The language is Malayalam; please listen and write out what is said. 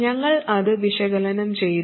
ഞങ്ങൾ അത് വിശകലനം ചെയ്തു